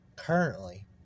currently